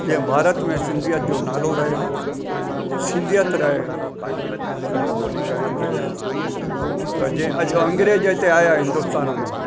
जंहिं भारत में सिंधीयत जो नालो रहे सिंधीयत रहे सिंधी ॿोली क़ाइमु रहे त जंहिं अंग्रेज हिते आहियां हिंदुस्तान में